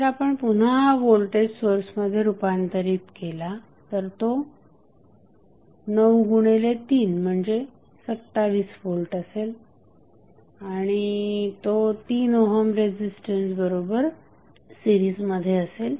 जर आपण पुन्हा हा व्होल्टेज सोर्समध्ये रूपांतरित केला तर तो 9 गुणिले 3 म्हणजे 27 व्होल्ट असेल आणि तो 3 ओहम रेझिस्टन्स बरोबर सीरिजमध्ये असेल